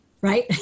right